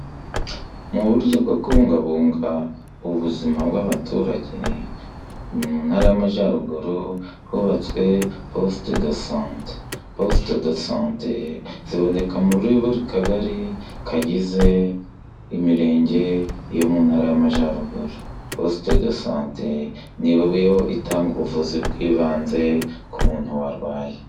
Mu buryo bwo kubungabunga ubuzima bw'abaturage mu Ntara y'Amajyaruguru hubatswe posite do sante. Posite do sante ziboneka muri buri kagari kagize imirenge yo mu Ntara y'Amajyaruguru. Posite do sante ni yo itanga ubuvuzi bw'ibanze ku muntu warwaye.